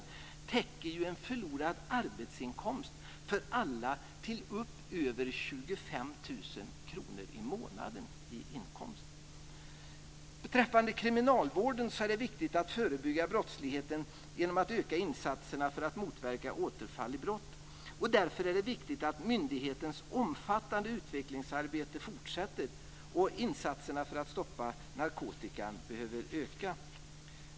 Det täcker en förlorad arbetsinkomst för alla som har en inkomst på upp över 25 000 kr i månaden. Beträffande kriminalvården är det viktigt att man förebygger brottsligheten genom att öka insatserna för att motverka återfall i brott. Därför är det viktigt att myndighetens omfattande utvecklingsarbete fortsätter. Och insatserna för att stoppa narkotikan behöver öka.